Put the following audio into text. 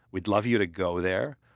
we'd love you to go there.